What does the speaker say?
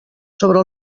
sobre